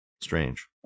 Strange